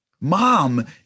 Mom